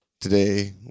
Today